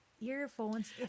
earphones